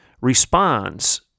responds